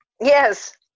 yes